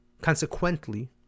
Consequently